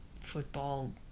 football